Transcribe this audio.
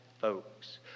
folks